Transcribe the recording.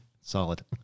Solid